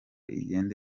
igenda